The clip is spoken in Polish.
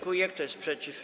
Kto jest przeciw?